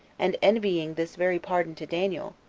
and envying this very pardon to daniel,